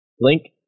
link